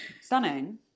Stunning